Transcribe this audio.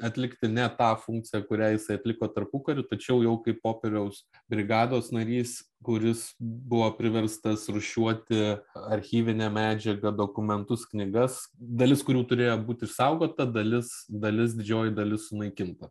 atlikti ne tą funkciją kurią jisai atliko tarpukariu tačiau jau kaip popieriaus brigados narys kuris buvo priverstas rūšiuoti archyvinę medžiagą dokumentus knygas dalis kurių turėjo būt išsaugota dalis dalis didžioji dalis sunaikinta